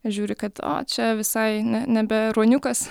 žiūri kad o čia visai ne nebe ruoniukas